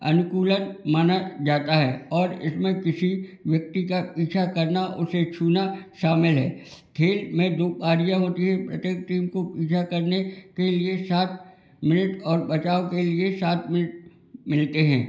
अनुकूलक माना जाता है और इसमें किसी व्यक्ति का पीछा करना उसे छूना शामिल है खेल में दो पारियाँ होती है प्रत्येक टीम को पीछा करने के लिए सात मिनट और बचाव के लिए सात मिनट मिलते हैं